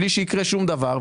בלי שיקרה שום דבר,